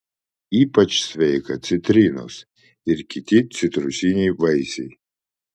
ypač sveika citrinos ir kiti citrusiniai vaisiai